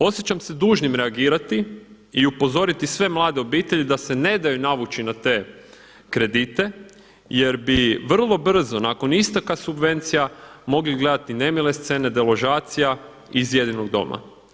Osjećam se dužnim reagirati i upozoriti sve mlade obitelji da se ne daju navući na te kredite jer bi vrlo brzo nakon isteka subvencija mogli gledati nemile scene deložacija iz jedinog doma.